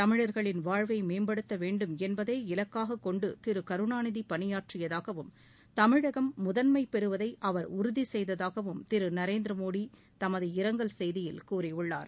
தமிழர்களின் வாழ்வை மேம்படுத்த வேண்டுமென்பதை இலக்காகக் கொண்டு திரு கருணாநிதி பணியாற்றிதாகவும் தமிழகம் முதன்மைப் பெறுவதை அவர் உறுதி செய்ததாகவும் திரு நரேந்திரமோடி தமது இரங்கல் செய்தியில் கூறியுள்ளார்